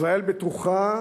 ישראל בטוחה,